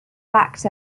backed